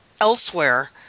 elsewhere